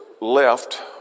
left